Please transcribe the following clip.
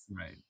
right